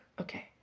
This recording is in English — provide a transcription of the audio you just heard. Okay